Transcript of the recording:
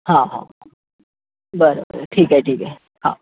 हांहां बरं बरं ठीक आहे ठीक आहे हां